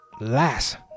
last